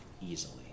easily